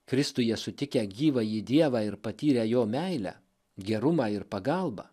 kristuje sutikę gyvąjį dievą ir patyrę jo meilę gerumą ir pagalbą